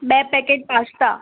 બે packet pasta